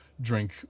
drink